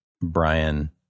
Brian